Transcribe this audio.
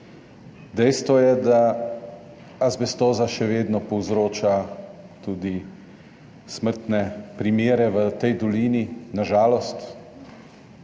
Dejstvo je, da azbestoza še vedno povzroča tudi smrtne primere v tej dolini, na žalost,